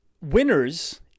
winners